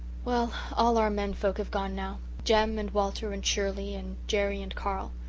well, all our men folk have gone now jem and walter and shirley and jerry and carl.